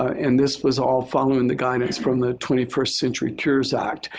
and this was all following the guidance from the twenty first century cures act.